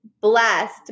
blessed